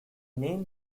name